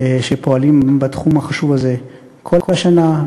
שפועלים בתחום החשוב הזה כל השנה,